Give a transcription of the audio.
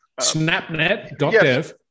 SnapNet.dev